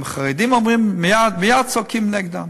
כשהחרדים אומרים, מייד צועקים נגדם?